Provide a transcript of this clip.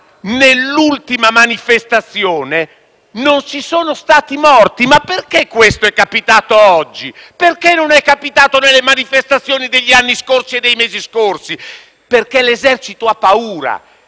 nell'ultima manifestazione, non vi sono stati morti. E perché questo è capitato oggi e non è capitato nelle manifestazioni degli anni scorsi e dei mesi scorsi? Perché l'esercito ha paura;